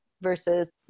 versus